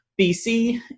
BC